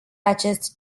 acest